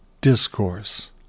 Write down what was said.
discourse